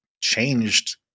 changed